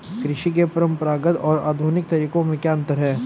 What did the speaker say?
कृषि के परंपरागत और आधुनिक तरीकों में क्या अंतर है?